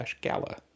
gala